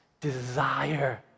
desire